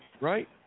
Right